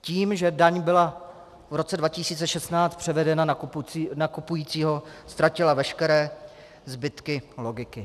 Tím, že daň byla v roce 2016 převedena na kupujícího, ztratila veškeré zbytky logiky.